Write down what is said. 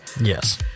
Yes